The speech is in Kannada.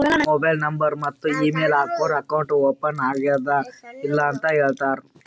ಮೊಬೈಲ್ ನಂಬರ್ ಮತ್ತ ಇಮೇಲ್ ಹಾಕೂರ್ ಅಕೌಂಟ್ ಓಪನ್ ಆಗ್ಯಾದ್ ಇಲ್ಲ ಅಂತ ಹೇಳ್ತಾರ್